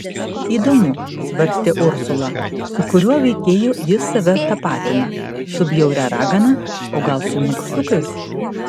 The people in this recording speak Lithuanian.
įdomu svarstė ursula su kuriuo veikėju jis save tapatina su bjauria ragana o gal su nykštukais